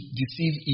deceive